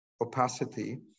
opacity